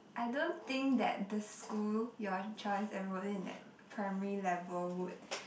I don't think that the school your child is enrolled in at primary level would